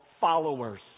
followers